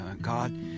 God